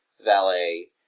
valet